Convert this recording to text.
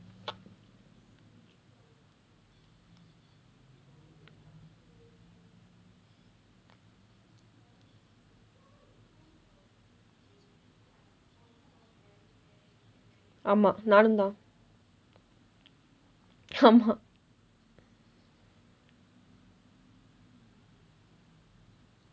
ஆமா நானும் தான் ஆமா:aamaa naanum thaan aamaa